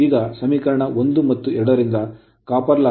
ಈಗ ಸಮೀಕರಣ 1 ಮತ್ತು 2 ರಿಂದ copper loss ತಾಮ್ರದ ನಷ್ಟ Re2 I2 2